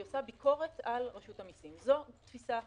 היא עושה ביקורת על רשות המיסים זאת תפיסה אחת.